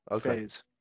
Phase